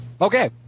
okay